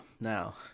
Now